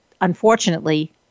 unfortunately